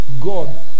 God